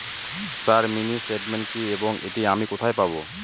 Sir mini statement কি এবং এটি আমি কোথায় পাবো?